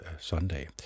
Sunday